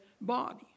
body